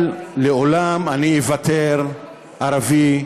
אבל לעולם איוותר ערבי,